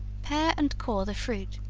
pare and core the fruit,